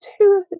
two